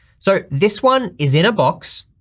so this one is in a box,